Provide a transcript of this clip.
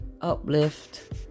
uplift